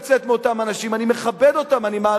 מלחמה שבאה להגן על עם ישראל מפני הצר הבא עליו מוגדרת בהלכה מלחמת